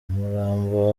umurambo